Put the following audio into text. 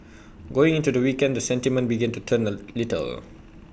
going into the weekend the sentiment began to turn A little